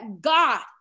God